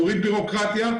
תוריד בירוקרטיה,